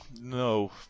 No